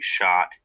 shot